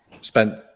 spent